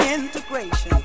integration